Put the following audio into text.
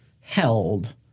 held –